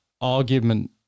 Argument